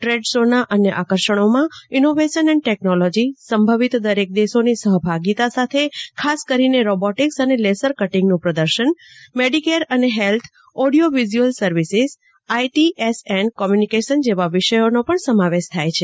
trade શોના અન્ય આકર્ષણોમાં ઇનોવેશન એન્ડ ટેક્નોલોજી સંભવિત દરેક દેશોની સહભાગીતા સાથે ખાસ કરીને રોબોટિક્સ અને લેસર કર્ટીંગન્ં પ્રદર્શન મેડીકેર અને health audio visual services ITES and કોમ્ચ્નિકેશનજેવા વિષયોનો પણ સમાવેશ થાય છે